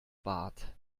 bart